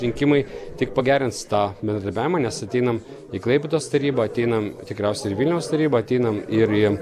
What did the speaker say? rinkimai tik pagerins tą bendradarbiavimą nes ateinam į klaipėdos tarybą ateinam tikriausiai ir vilniaus tarybą ateinam ir